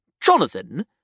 Jonathan